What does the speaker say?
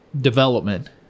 development